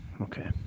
Okay